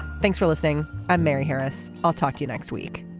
thanks for listening. i'm mary harris. i'll talk to you next week